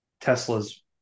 Tesla's